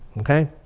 okay?